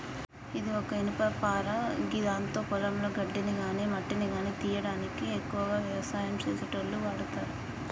ఇది ఒక ఇనుపపార గిదాంతో పొలంలో గడ్డిని గాని మట్టిని గానీ తీయనీకి ఎక్కువగా వ్యవసాయం చేసేటోళ్లు వాడతరు